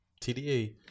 TDA